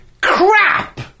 crap